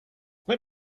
let